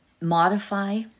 modify